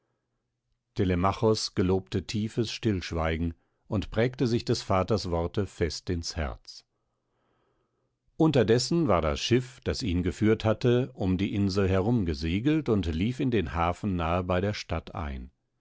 gelobte tiefes stillschweigen und prägte sich des vaters worte fest ins herz unterdessen war das schiff das ihn geführt hatte um die insel herumgesegelt und lief in den hafen nahe bei der stadt ein